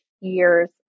years